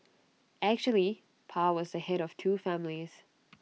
actually pa was the Head of two families